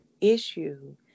issue